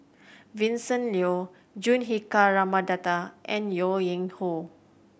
Vincent Leow Juthika Ramanathan and Yuen Yin Hoe